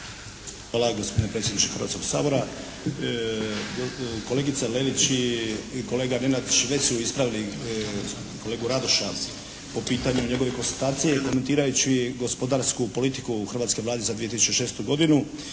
Hvala gospodine predsjedniče Hrvatskog sabora. Kolegica Lelić i kolega Nenadić već su ispravili kolegu Radoša po pitanju njegovih konstatacija i komentirajući gospodarsku politiku u hrvatskoj Vladi za 2006. godinu,